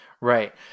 Right